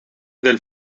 del